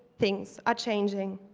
things are changing.